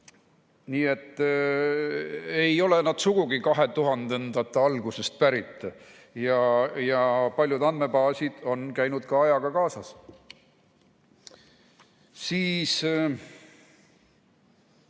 Nii et ei ole nad sugugi 2000‑ndate algusest pärit, paljud andmebaasid on käinud ajaga kaasas. Mis